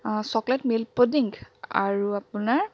অঁ chocolate milk pudding আৰু আপোনাৰ